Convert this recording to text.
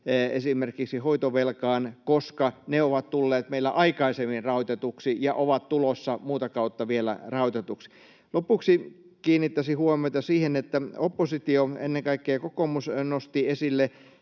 esimerkiksi hoitovelkaan, koska se on tullut meillä aikaisemmin rahoitetuksi ja on tulossa vielä muuta kautta rahoitetuksi. Lopuksi kiinnittäisin huomiota siihen, että oppositio, ennen kaikkea kokoomus, nosti esille